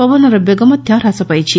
ପବନର ବେଗ ମଧ ହ୍ରାସ ପାଇଛି